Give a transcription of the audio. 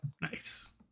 nice